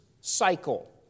cycle